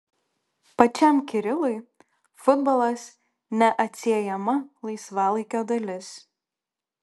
pačiam kirilui futbolas neatsiejama laisvalaikio dalis